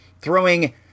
throwing